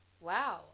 Wow